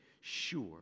sure